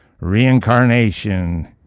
reincarnation